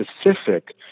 specific